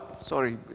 sorry